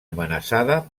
amenaçada